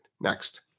Next